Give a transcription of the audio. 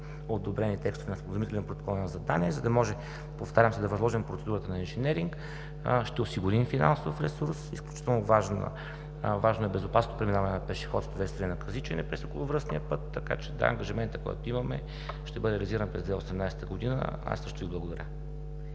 одобрени текстове на протокол на задание, за да може, повтарям, да възложим процедурата на инженеринг и ще осигурим финансов ресурс. Изключително важно е безопасното преминаване на пешеходци на пешеходната пътека на Казичене през околовръстния път, така че, да, ангажиментът, който имаме, ще бъде реализиран през 2018 г. Аз също Ви благодаря.